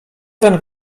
ten